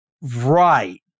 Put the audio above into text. right